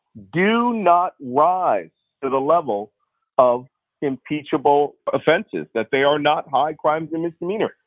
do not rise to the level of impeachable offenses, that they are not high crimes and misdemeanors,